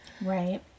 right